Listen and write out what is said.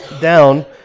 down